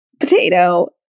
potato